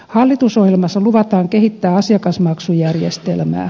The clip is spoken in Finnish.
hallitusohjelmassa luvataan kehittää asiakasmaksujärjestelmää